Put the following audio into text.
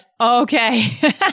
Okay